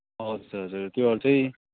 हजुर हजुर त्यो चाहिँ